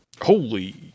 Holy